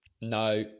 No